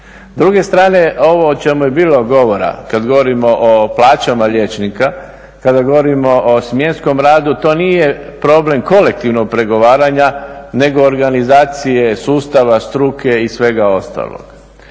druge strane ovo o čemu je bilo govora kad govorimo o plaćama liječnika, kada govorimo o smjenskom radu, to nije problem kolektivnog pregovaranja, nego organizacije sustava, struke i svega ostalog.